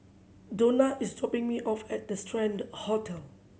Donna is dropping me off at the Strand Hotel